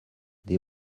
des